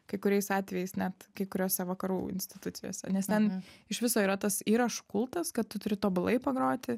kai kuriais atvejais net kai kuriose vakarų institucijose nes ten iš viso yra tas įrašų kultas kad tu turi tobulai pagroti